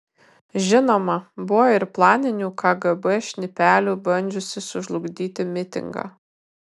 žinoma buvo ir planinių kgb šnipelių bandžiusių sužlugdyti mitingą